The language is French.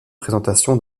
présentation